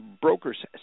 brokers